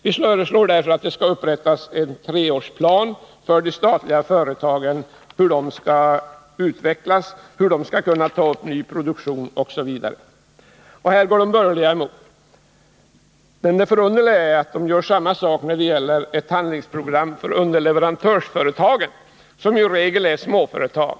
Vi föreslår därför att det skall upprättas en treårsplan för hur de statliga företagen skall utvecklas, kunna ta upp ny produktion osv. Och här går de borgerliga emot OSS. Men det förunderliga är att de borgerliga gör samma sak när det gäller handlingsprogram för underleverantörsföretagen, som i regel är småföretag.